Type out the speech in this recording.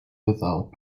without